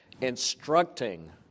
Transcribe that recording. instructing